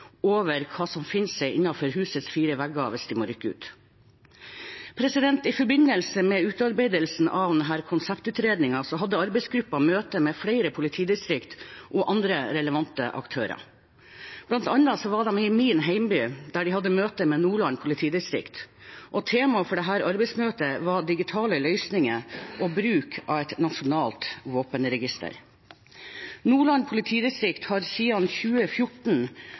over hva som befinner seg innenfor husets fire vegger hvis de må rykke ut. I forbindelse med utarbeidelsen av konseptutredningen hadde arbeidsgruppen møte med flere politidistrikt og andre relevante aktører. Blant annet var de i min hjemby, der de hadde møte med Nordland politidistrikt. Tema for dette arbeidsmøtet var digitale løsninger og bruk av et nasjonalt våpenregister. Nordland politidistrikt har siden 2014,